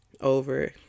over